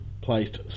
placed